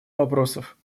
вопросов